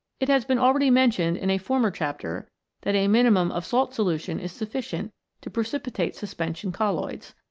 it has been already men tioned in a former chapter that a minimum of salt solution is sufficient to precipitate suspension col loids.